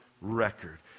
record